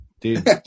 dude